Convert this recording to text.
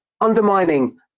undermining